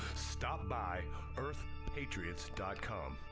stop by earthpatriots com.